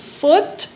foot